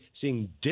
seeing